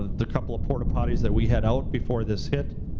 the couple of porta potties that we had out before this hit